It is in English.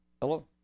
Hello